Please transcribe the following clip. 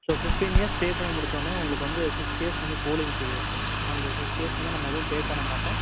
so fifteen years pay பண்ணி முடிச்சொன்னே உங்களுக்கு வந்து சிக்ஸ் இயர்ஸ் வந்து கோலிங் பீரியட் சார் அந்த சிக்ஸ் இயர்ஸ் வந்து நம்ம எதுவும் பே பண்ண மாட்டோம்